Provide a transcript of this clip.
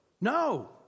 No